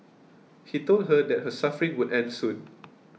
he told her that her suffering would end soon